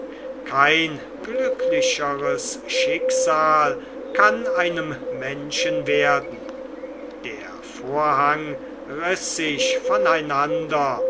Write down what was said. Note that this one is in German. kein glücklicheres schicksal kann einem menschen werden der vorhang riß sich voneinander